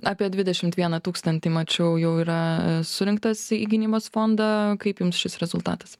apie dvidešimt vieną tūkstantį mačiau jau yra surinktas į gynybos fondą kaip jums šis rezultatas